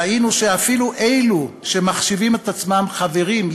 ראינו שאפילו אלו שמחשיבים עצמם חברים,